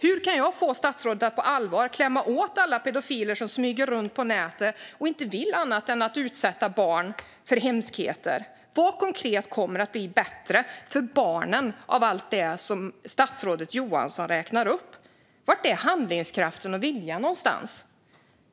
Hur kan jag få statsrådet att på allvar klämma åt alla pedofiler som smyger runt på nätet och inte vill annat än att utsätta barn för hemskheter? Vad konkret kommer att bli bättre för barnen av allt det som statsrådet Johansson räknar upp? Var är handlingskraften och viljan?